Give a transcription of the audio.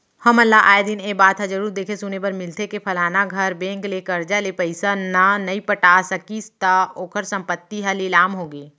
हमन ल आय दिन ए बात ह जरुर देखे सुने बर मिलथे के फलाना घर बेंक ले करजा ले पइसा न नइ पटा सकिस त ओखर संपत्ति ह लिलाम होगे